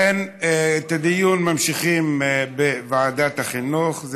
אכן ממשיכים את הדיון בוועדת החינוך.